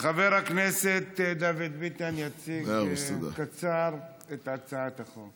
חבר הכנסת דוד ביטן יציג קצר את הצעת החוק.